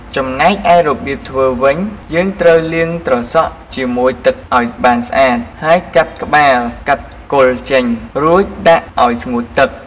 ចំណែកឯរបៀបធ្វេីវិញ យេីងត្រូវលាងត្រសក់ជាមួយទឹកឱ្យបានស្អាតហេីយកាត់ក្បាលកាត់គល់ចេញ រួចដាក់ឱ្យស្ងួតទឹក។